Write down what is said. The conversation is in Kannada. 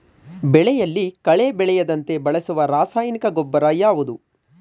ಬೆಳೆಯಲ್ಲಿ ಕಳೆ ಬೆಳೆಯದಂತೆ ಬಳಸುವ ರಾಸಾಯನಿಕ ಗೊಬ್ಬರ ಯಾವುದು?